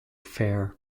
fair